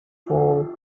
for